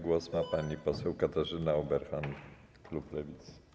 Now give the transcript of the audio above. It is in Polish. Głos ma pani poseł Katarzyna Ueberhan, klub Lewicy.